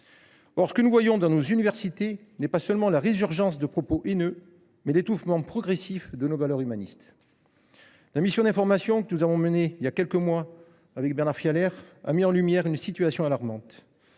Ce que nous observons dans nos universités n’est pas seulement la résurgence de propos haineux, mais l’étouffement progressif de nos valeurs humanistes. La mission d’information que j’ai menée il y a quelques mois avec Bernard Fialaire a mis en lumière une situation alarmante.